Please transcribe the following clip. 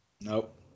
Nope